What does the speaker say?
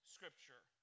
Scripture